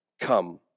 come